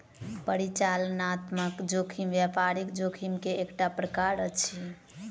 परिचालनात्मक जोखिम व्यापारिक जोखिम के एकटा प्रकार अछि